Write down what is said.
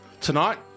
tonight